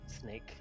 snake